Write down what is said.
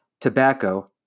tobacco